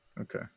okay